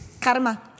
Karma